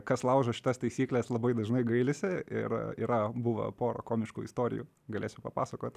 kas laužo šitas taisykles labai dažnai gailisi ir yra buvę pora komiškų istorijų galėsiu papasakot